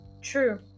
true